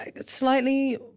slightly